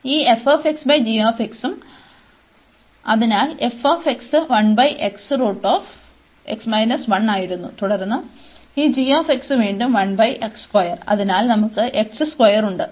ഈ ഉം അതിനാൽ ആയിരുന്നു തുടർന്ന് ഈ g വീണ്ടും അതിനാൽ നമുക്ക് x സ്ക്വയർ ഉണ്ട്